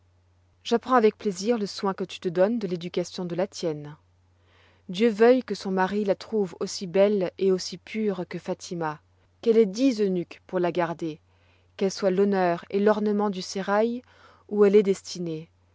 j'apprends avec plaisir le soin que tu te donnes de l'éducation de la tienne dieu veuille que son mari la trouve aussi belle et aussi pure que fatima qu'elle ait dix eunuques pour la garder qu'elle soit l'honneur et l'ornement du sérail où elle est destinée